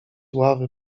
ławy